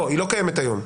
היא לא קיימת היום.